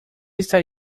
está